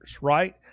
Right